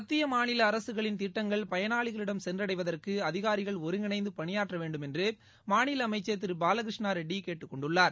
மத்திய மாநில அரசுகளின் திட்டங்கள் பயனாளிகளிடம் சென்றடைவதற்கு அதிகாரிகள் ஒருங்கிணந்து பணியாற்ற வேண்டுமென்று மாநில அமைச்சர் திரு பாலகிருஷ்ண ரெட்டி கேட்டுக் கொண்டுள்ளார்